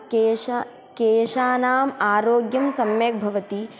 केश केशानाम् आरोग्यं सम्यक् भवति